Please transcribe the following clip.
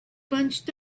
bunched